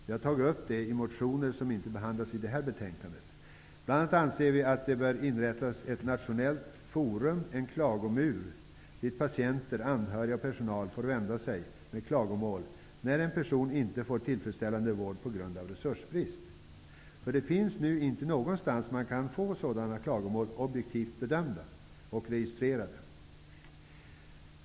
Vi har tagit upp det i motioner som inte behandlas i det här betänkandet. Vi anser bl.a. att det bör inrättas ett nationellt forum, en klagomur, dit patienter, anhöriga och personal får vända sig med klagomål när en person inte får tillfredsställande vård till följd av resursbrist. Det finns i dag ingenstans där man kan få sådana klagomål objektivt bedömda och registrerade.